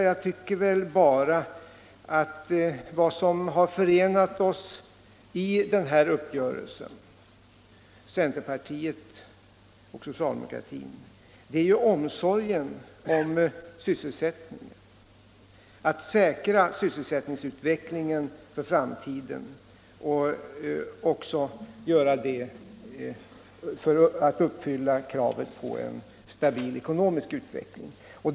Jag vill bara säga att vad som förenat centerpartiet och socialdemokraterna i den här uppgörelsen är omsorgen om sysselsättningen; vi har velat säkra sysselsättningsutvecklingen för framtiden, också för att uppfylla kravet på en stabil ekonomisk utveckling.